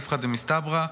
איפכא מסתברא,